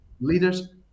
Leaders